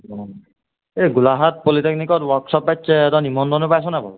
অঁ এই গোলাঘাট পলিটেকনিকত ৱৰ্কশ্বপ পাতিছে তই নিমন্ত্ৰণটো পাইছনে নাই বাৰু